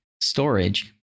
storage